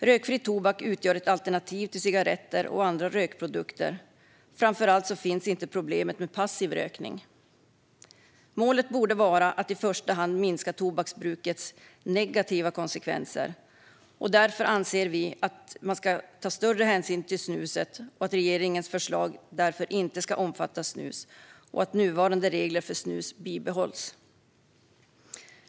Rökfri tobak utgör ett alternativ till cigaretter och andra rökprodukter, och framför allt finns inte problemet med passiv rökning. Målet borde vara att i första hand minska tobaksbrukets negativa konsekvenser. Därför anser vi att man ska ta större hänsyn till snuset, att regeringens förslag därför inte ska omfatta snus och att nuvarande regler för snus bibehålls.